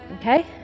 okay